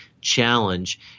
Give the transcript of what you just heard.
challenge